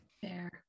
Fair